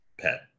pet